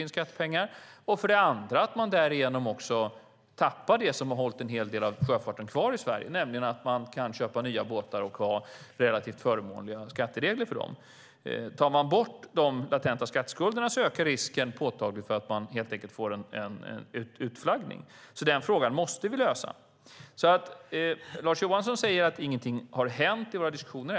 Dels tappar man därigenom det som hållit en hel del av sjöfarten kvar i Sverige, nämligen att man kan köpa nya båtar och ha relativt förmånliga skatteregler för dem. Tas de latenta skatteskulderna bort ökar risken påtagligt att man helt enkelt får en utflaggning, så den frågan måste vi lösa. Lars Johansson säger att inget hänt i de här diskussionerna.